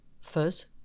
First